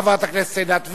חברת הכנסת עינת וילף,